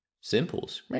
Simples